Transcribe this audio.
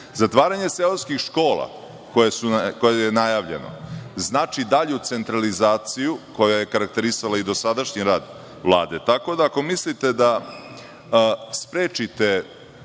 jesu. Zatvaranje seoskih škola koje je najavljeno znači dalju centralizaciju koja je karakterisala i dosadašnji rad Vlade, tako da ako mislite da sprečite